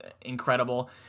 incredible